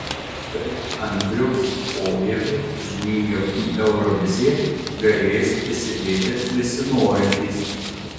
prie andriaus pojavio žygio į euroviziją galės prisidėti visi norintys